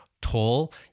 toll